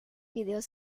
vídeos